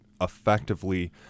effectively